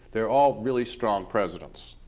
they're all really strong presidents.